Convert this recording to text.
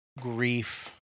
grief